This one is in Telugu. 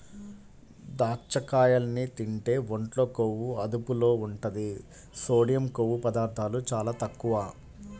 దాచ్చకాయల్ని తింటే ఒంట్లో కొవ్వు అదుపులో ఉంటది, సోడియం, కొవ్వు పదార్ధాలు చాలా తక్కువ